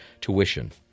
tuition